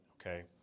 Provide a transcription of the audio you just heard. okay